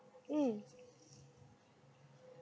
mm